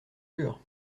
jure